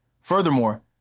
Furthermore